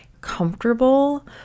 comfortable